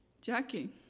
Jackie